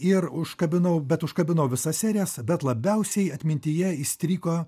ir užkabinau bet užkabinau visas serijas bet labiausiai atmintyje įstrigo